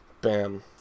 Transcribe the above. Bam